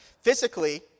Physically